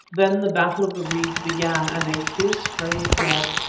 then the battle of the reeds began, and a fierce fray it was.